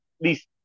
least